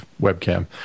webcam